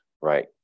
right